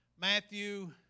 Matthew